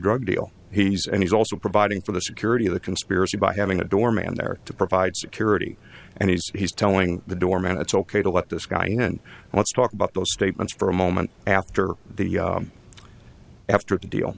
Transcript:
drug deal he's and he's also providing for the security of the conspiracy by having a doorman there to provide security and he's telling the doorman it's ok to let this guy in and let's talk about those statements for a moment after the after the deal